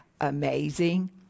amazing